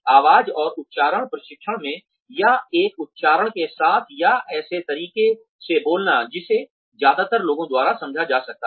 आवाज और उच्चारण प्रशिक्षण में या एक उच्चारण के साथ या ऐसे तरीके से बोलना जिसे ज्यादातर लोगों द्वारा समझा जा सकता है